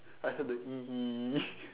I heard the E E E E